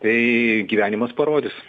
tai gyvenimas parodys